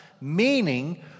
meaning